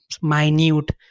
minute